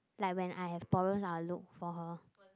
like when I have problems I will look for her